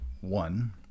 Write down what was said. one